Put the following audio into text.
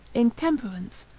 intemperance,